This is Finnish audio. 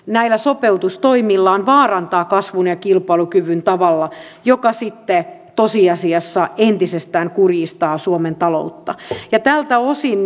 näillä sopeutustoimillaan vaarantaa kasvun ja kilpailukyvyn tavalla joka sitten tosiasiassa entisestään kurjistaa suomen taloutta tältä osin